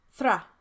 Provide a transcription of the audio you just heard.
Thra